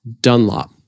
Dunlop